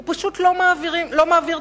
הוא פשוט לא מעביר תקציב,